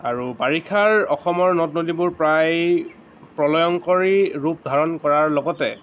আৰু বাৰিষাৰ অসমৰ নদ নদীবোৰ প্ৰায় প্ৰলয়ংকাৰী ৰূপ ধাৰণ কৰাৰ লগতে